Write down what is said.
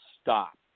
stop